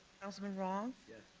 councilman roth. yes.